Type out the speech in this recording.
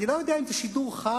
אני לא יודע אם זה שידור חי,